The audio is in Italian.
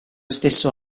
stesso